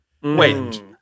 Wait